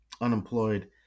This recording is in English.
unemployed